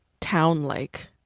town-like